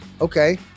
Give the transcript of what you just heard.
Okay